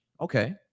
okay